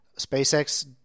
SpaceX